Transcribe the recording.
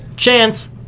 chance